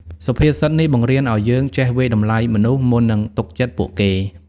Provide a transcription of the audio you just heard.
សុភាសិតនេះបង្រៀនឱ្យយើងចេះ វាយតម្លៃមនុស្ស មុននឹងទុកចិត្តពួកគេ។